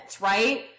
Right